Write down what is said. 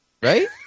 right